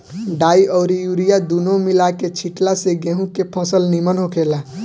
डाई अउरी यूरिया दूनो मिला के छिटला से गेंहू के फसल निमन होखेला